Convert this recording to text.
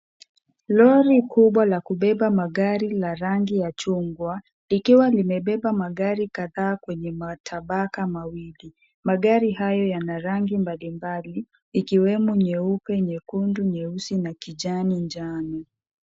Lory kubwa ya kubeba magari la rangi ya chungwa, ikiwa limebeba magari kadhaa kwenye matabaka mawili. Magari hayo yana rangi mbali mbali ikiwemo, nyeupe, nyekundu, nyeusi na kijani njano.